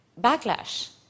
backlash